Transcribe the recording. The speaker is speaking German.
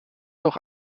durch